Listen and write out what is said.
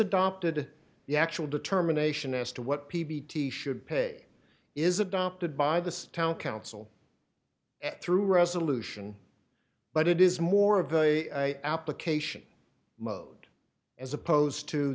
adopted the actual determination as to what p b t should pay is adopted by the town council through resolution but it is more of the application mode as opposed to